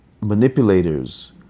manipulators